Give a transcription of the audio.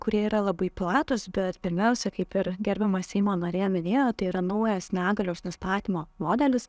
kurie yra labai platūs bet pirmiausia kaip ir gerbiama seimo narė minėjo tai yra naujas negalios nustatymo modelis